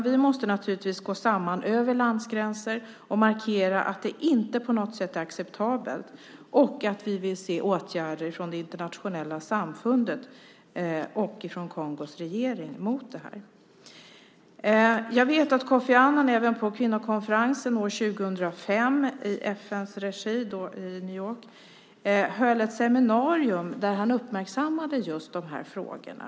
Vi måste naturligtvis gå samman över landsgränser och markera att detta inte på något sätt är acceptabelt och att vi vill se åtgärder från det internationella samfundet och från Kongos regering mot detta. Jag vet att Kofi Annan på kvinnokonferensen år 2005 i FN:s regi i New York höll ett seminarium där han uppmärksammade de här frågorna.